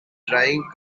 drawing